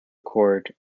chord